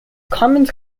comments